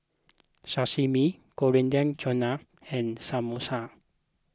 Sashimi Coriander Chutney and Samosa